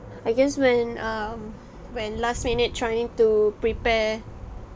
I guess when um when last minute trying to prepare